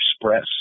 express